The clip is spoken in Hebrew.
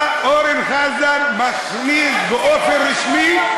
בא אורן חזן ומכריז באופן רשמי.